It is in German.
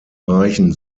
reichen